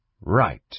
Right